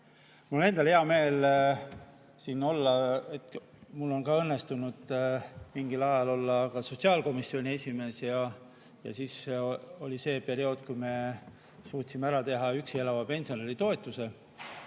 Mul on endal hea meel siin olla. Mul õnnestus mingil ajal olla ka sotsiaalkomisjoni esimees. See oli periood, kui me suutsime ära teha üksi elava pensionäri toetuse.